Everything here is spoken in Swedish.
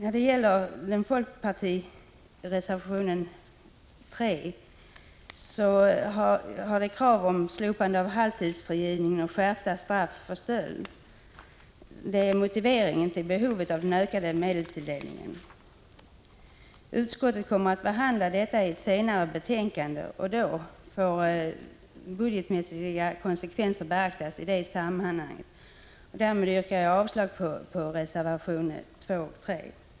I folkpartireservation 3 framförs krav om slopande av halvtidsfrigivningen och skärpta straff för stöld. Detta är motiveringen till behovet av ökad medelstilldelning. Utskottet kommer att behandla dessa frågor i ett senare betänkande. De budgetmässiga konsekvenserna får beaktas i det sammanhanget. Jag yrkar därmed avslag på reservationerna 2 och 3.